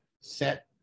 set